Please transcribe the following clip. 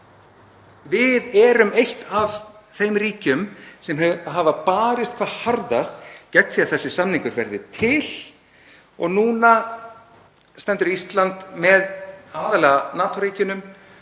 Við erum eitt af þeim ríkjum sem hafa barist hvað harðast gegn því að þessi samningur verði til og núna stendur Ísland aðallega með NATO-ríkjunum